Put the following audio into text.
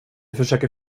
försöker